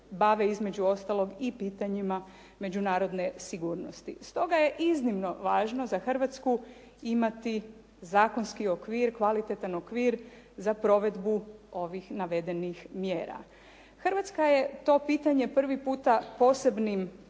između ostalog i pitanjima međunarodne sigurnosti. Stoga je iznimno važno za Hrvatsku imati zakonski okvir, kvalitetan okvir za provedbu ovih navedenih mjera. Hrvatska je to pitanje prvi puta posebnim